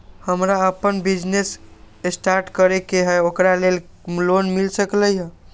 हमरा अपन business start करे के है ओकरा लेल लोन मिल सकलक ह?